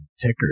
ticker